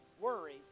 worry